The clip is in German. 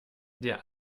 der